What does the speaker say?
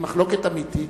היא מחלוקת אמיתית.